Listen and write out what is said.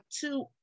two